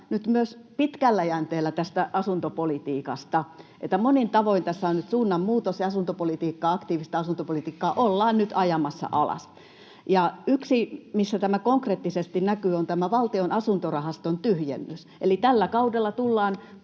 nyt myös pitkällä jänteellä tästä asuntopolitiikasta, että monin tavoin tässä on nyt suunnanmuutos ja aktiivista asuntopolitiikkaa ollaan nyt ajamassa alas. Yksi, missä tämä konkreettisesti näkyy, on tämä Valtion asuntorahaston tyhjennys, eli tällä kaudella tullaan